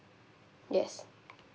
yes